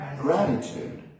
Gratitude